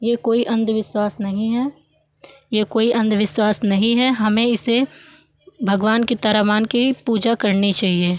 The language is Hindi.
यह कोई अन्धविश्वास नहीं है यह कोई अन्धविश्वास नहीं है हमें इसे भगवान की तरह मानकर ही पूजा करनी चाहिए